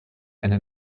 eine